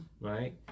right